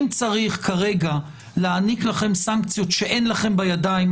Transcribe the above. אם צריך כרגע להעניק לכם סנקציות שאין לכם בידיים,